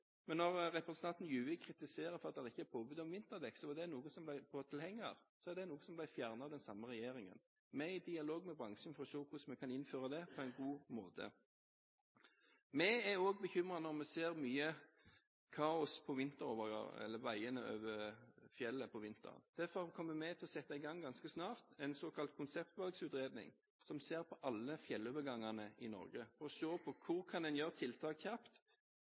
Men når representanten Juvik kritiserer at det ikke er påbud om vinterdekk på tilhengere, er det noe som ble fjernet av den samme regjeringen. Vi er i dialog med bransjen for å se hvordan vi kan innføre det på en god måte. Vi er også bekymret når vi ser mye kaos på veiene over fjellet om vinteren. Derfor kommer vi ganske snart til å sette i gang en såkalt konseptvalgutredning, som ser på alle fjellovergangene i Norge, for å se på hvor man kan gjøre tiltak